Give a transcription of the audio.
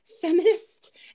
feminist